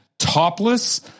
Topless